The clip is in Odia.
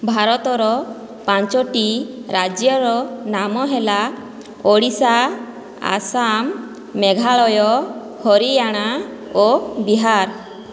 ଭାରତର ପାଞ୍ଚଟି ରାଜ୍ୟର ନାମ ହେଲା ଓଡ଼ିଶା ଆସାମ ମେଘାଳୟ ହରିୟାଣା ଓ ବିହାର